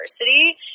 university